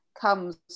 comes